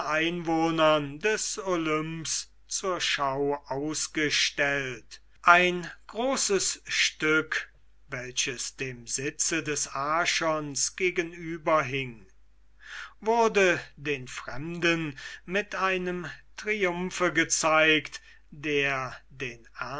einwohnern des olympus zur schau ausgestellt ein großes stück welches dem sitz des archons gegenüber hing wurde den fremden mit einem triumphe gezeigt der den